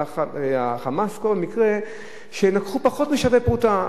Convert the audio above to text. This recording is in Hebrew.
אלא החמס פה הוא מקרה שלקחו פחות משווה פרוטה.